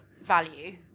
value